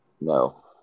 No